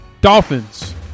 Dolphins